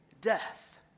death